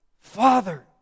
Father